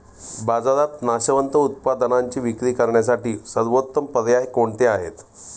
बाजारात नाशवंत उत्पादनांची विक्री करण्यासाठी सर्वोत्तम उपाय कोणते आहेत?